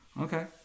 Okay